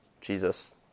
Jesus